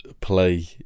play